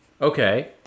Okay